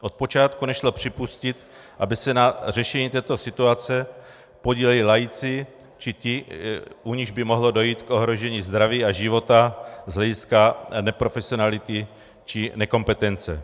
Od počátku nešlo připustit, aby se na řešení této situace podíleli laici či ti, u nichž by mohlo dojít k ohrožení zdraví a života z hlediska neprofesionality či nekompetence.